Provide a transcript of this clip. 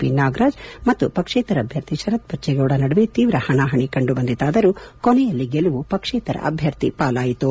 B Nagaraj ಮತ್ತು ಪಕ್ಷೇತರ ಅಭ್ಯರ್ಥಿ ಶರತ್ ಬಜ್ಜೇಗೌಡ ನಡುವೆ ತೀವ್ರ ಹಣಾಹಣಿ ಕಂಡುಬಂದಿತಾದರೂ ಕೊನೆಯಲ್ಲಿ ಗೆಲುವು ಪಕ್ಷೇತರ ಅಭ್ಯರ್ಥಿ ಪಾಲಾಯಿತು